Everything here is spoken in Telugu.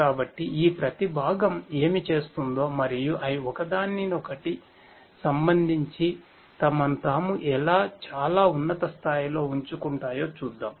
కాబట్టి ఈ ప్రతి భాగం ఏమి చేస్తుందో మరియు అవి ఒకదానికొకటి సంబంధించి తమను తాము ఎలా చాలా ఉన్నత స్థాయిలో ఉంచుకుంటాయో చూద్దాం